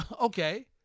Okay